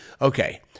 okay